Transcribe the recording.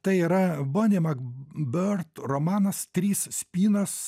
tai yra boni mak biort romanas trys spynas